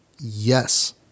yes